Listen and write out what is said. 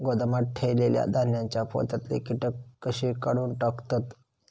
गोदामात ठेयलेल्या धान्यांच्या पोत्यातले कीटक कशे काढून टाकतत?